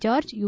George you